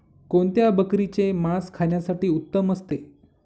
कोणत्या बकरीचे मास खाण्यासाठी उत्तम असते?